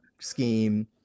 scheme